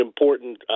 important